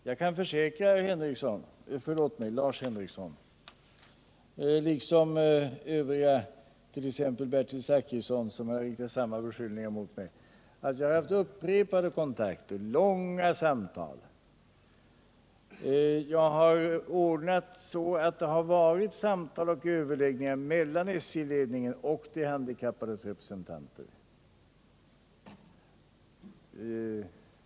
Jag kan försäkra Lars Henrikson liksom övriga, t.ex. Bertil Zachrisson som har riktat samma beskyllningar mot mig, att jag har haft upprepade kontakter, långa samtal, jag har ordnat att samtal och överläggningar mellan SJ-ledningen och de handikappades representanter kommit till stånd.